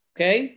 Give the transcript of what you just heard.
Okay